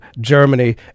Germany